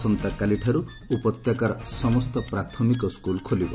ଆସନ୍ତାକାଲିଠାରୁ ଉପତ୍ୟକାର ସମସ୍ତ ପ୍ରାଥମିକ ସ୍କୁଲ୍ ଖୋଲିବ